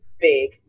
big